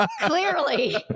Clearly